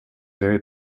very